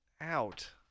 Out